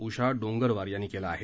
उषा डोंगरवार यांनी केलं आहे